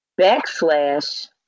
backslash